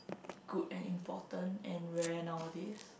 good and important and rare nowadays